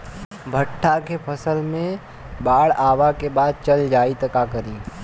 भुट्टा के फसल मे बाढ़ आवा के बाद चल जाई त का करी?